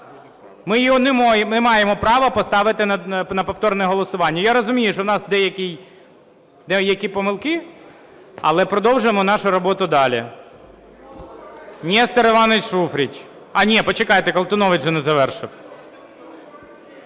не маємо права поставити на повторне голосування. Я розумію, що у нас деякі помилки, але продовжуємо нашу роботу далі.